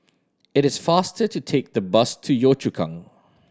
it is faster to take the bus to Yio Chu Kang